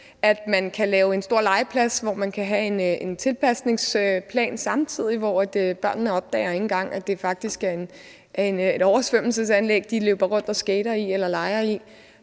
at man kan lave en stor legeplads, hvor man kan have en tilpasningsplan samtidig, hvor børnene ikke engang opdager, at det faktisk er et oversvømmelsesanlæg, de løber rundt og skater eller leger i.